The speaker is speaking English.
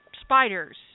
spiders